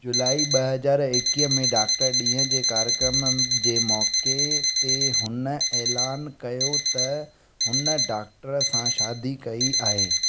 जुलाई ॿ हज़ार एकवीह में डॉक्टर ॾींहुं जे कार्यक्रम जे मौक़े ते हुन ऐलान कयो त हुन डॉक्टर सां शादी कई आहे